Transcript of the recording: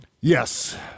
Yes